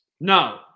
No